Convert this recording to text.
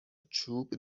چوب